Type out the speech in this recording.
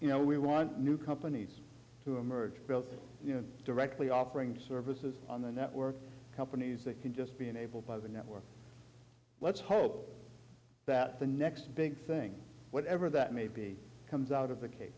you know we want new companies to emerge directly offering services on the network companies that can just be enabled by the network let's hope that the next big thing whatever that may be comes out of the case